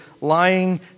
lying